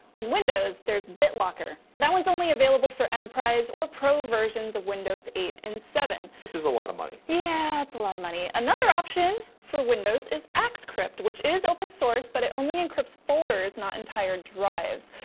on windows, there's bitlocker. but i was only available for enterprise or pro versions of windows eight and seven. which is a lot of money. yeah. it's a lot of money. another option for windows is axcrypt, which is open source, but it only encrypt folders, not entire drives.